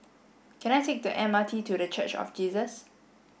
can I take the M R T to The Church of Jesus